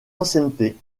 ancienneté